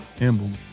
emblem